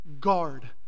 guard